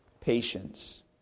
patience